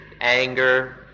anger